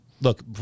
Look